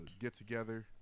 get-together